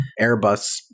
Airbus